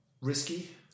risky